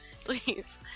please